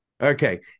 Okay